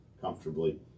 comfortably